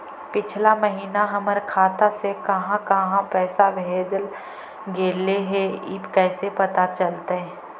पिछला महिना हमर खाता से काहां काहां पैसा भेजल गेले हे इ कैसे पता चलतै?